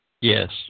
yes